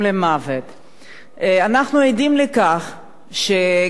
אנחנו עדים לכך שגם בתוך הארץ וגם מחוצה